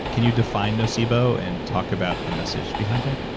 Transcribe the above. can you define nocebo and talk about the message behind it?